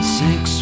six